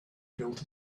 built